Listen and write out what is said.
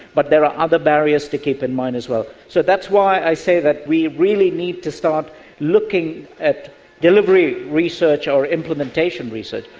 but there are other barriers to keep in mind as well. so that's why i say that we really need to start looking at delivery research or implementation research,